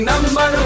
Number